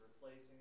replacing